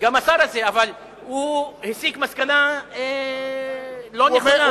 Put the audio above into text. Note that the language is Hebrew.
אבל הוא הסיק מסקנה לא נכונה.